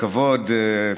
הכבוד,